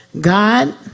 God